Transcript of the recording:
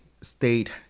state